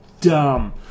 dumb